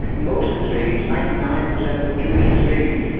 most israelis, ninety nine percent of jewish israelis,